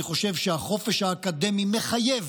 אני חושב שהחופש האקדמי מחייב